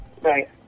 Right